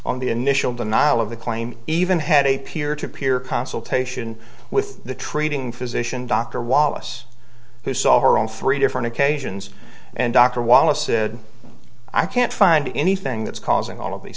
on the initial denial of the claim even had a peer to peer consultation with the treating physician dr wallace who saw her on three different occasions and dr wallace said i can't find anything that's causing all of these